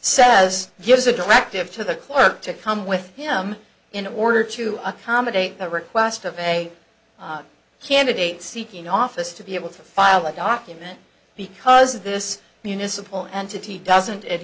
says gives a directive to the clerk to come with him in order to accommodate the request of a candidate seeking office to be able to file a document because this municipal entity doesn't it